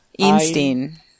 Einstein